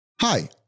Hi